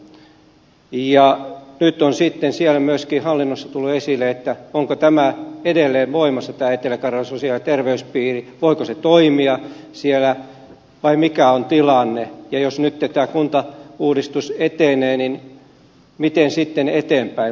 nyt on sitten siellä myöskin hallinnossa tullut esille onko tämä etelä karjalan sosiaali ja terveyspiiri edelleen voimassa voiko se toimia siellä vai mikä on tilanne ja jos nyt tämä kuntauudistus etenee niin miten sitten eteenpäin